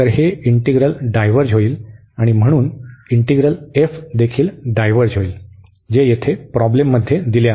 तर हे integral diverge होईल आणि म्हणून इंटीग्रल f देखील डायव्हर्ज होईल जे येथे प्रॉब्लेममध्ये दिले आहे